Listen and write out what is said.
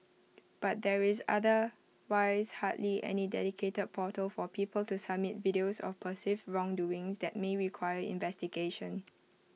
but there is otherwise hardly any dedicated portal for people to submit videos of perceived wrongdoing that may require investigation